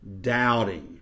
doubting